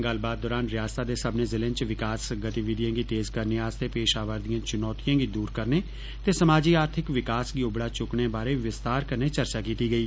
गल्लबात दोरान रियास्ता दे सब्बने जिलें च विकास गतिविधियें गौ तेज करने आस्तै पेश आवा'र दियें चुनौतिएं गी दूर करने ते समाजी आर्थिक विकास गी उब्बड़ा चुक्कने बारै विस्तार कन्नै चर्चा कीत्ती गेई